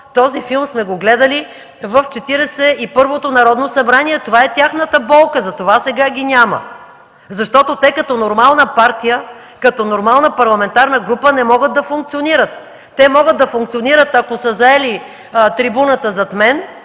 Този филм сме го гледали в Четиридесет и първото Народно събрание. Това е тяхната болка, затова сега ги няма. Като нормална партия, като нормална парламентарна група те не могат да функционират. Те могат да функционират, ако са заели трибуната зад мен,